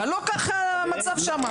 אבל לא כך המצב שם.